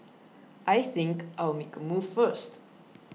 I think I'll make a move first